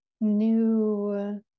new